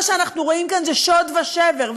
מה שאנחנו רואים כאן זה שוד ושבר,